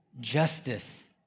justice